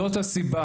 זאת הסיבה,